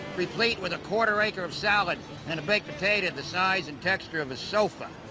replete with a quarter-acre of salad and a baked potato the size and texture of a sofa.